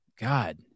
God